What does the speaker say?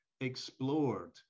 explored